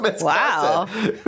Wow